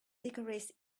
licorice